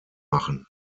machen